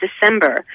December